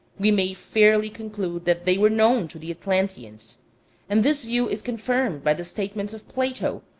we may fairly conclude that they were known to the atlanteans and this view is confirmed by the statements of plato,